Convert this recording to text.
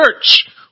Church